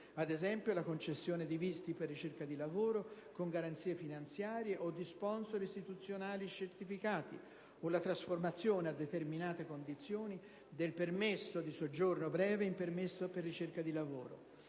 ad esempio, la concessione di visti per ricerca di lavoro, con garanzie finanziarie o di *sponsor* istituzionali certificati, o la trasformazione, a determinate condizioni, del permesso di soggiorno breve in permesso per ricerca di lavoro.